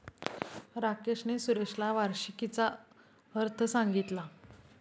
राकेशने सुरेशला वार्षिकीचा अर्थ सांगितला